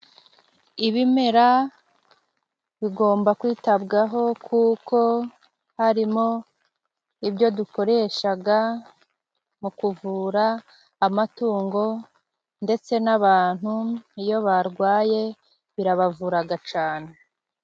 Ibimera bigomba kwitabwaho kuko harimo ibyo dukoreshaga mu kuvura amatungo ndetse n'abantu, iyo barwaye birabavuraraga cane.